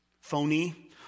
phony